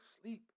sleep